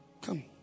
Come